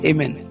Amen